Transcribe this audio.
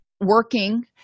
working